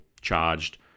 charged